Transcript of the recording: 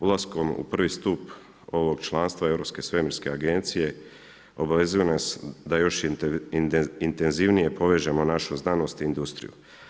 Ulaskom u prvi stup ovog članstva Europske svemirske agencije obavezuje nas da još intenzivnije povežemo našu znanost i industriju.